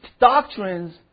doctrines